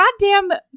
goddamn